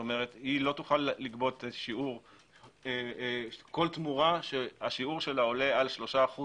כלומר היא לא תוכל לגבות כל תמורה ששיעורה עולה על 3%